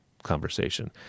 conversation